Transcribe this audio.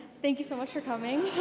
thank you so much for coming.